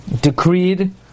decreed